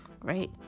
right